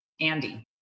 Andy